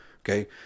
Okay